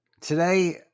Today